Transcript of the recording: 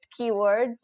keywords